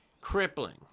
crippling